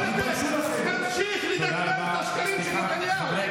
תמשיך לדקלם את הדברים, את השקרים של נתניהו.